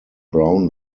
brown